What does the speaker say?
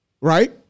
Right